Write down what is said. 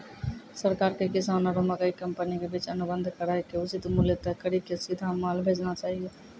सरकार के किसान आरु मकई कंपनी के बीच अनुबंध कराय के उचित मूल्य तय कड़ी के सीधा माल भेजना चाहिए?